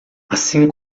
assim